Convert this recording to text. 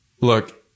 look